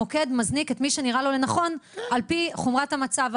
המוקד מזניק את מי שנראה לו לנכון על פי חומרת המצב,